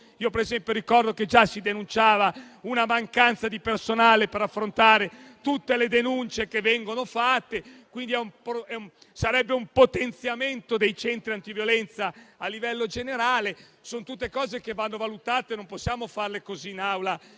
Ad esempio, ricordo che già si denunciava una mancanza di personale per affrontare tutte le denunce che vengono fatte. Si tratterebbe, quindi, di un potenziamento dei centri antiviolenza a livello generale; sono tutti elementi che vanno valutati, non possiamo farlo in Aula